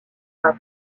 havre